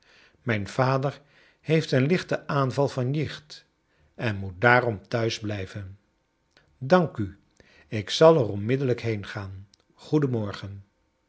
mijn vader heeft een lichten aanval van jicht en moet daarom thuis blijven j dank u ik zal er